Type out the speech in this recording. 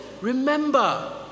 remember